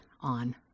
on